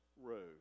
Road